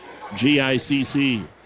GICC